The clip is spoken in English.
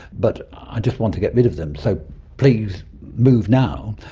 but i just want to get rid of them, so please move now',